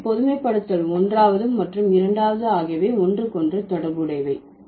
எனவே பொதுமைப்படுத்தல் 1வது மற்றும் 2வது ஆகியவை ஒன்றுக்கொன்று தொடர்புடையவை